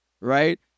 Right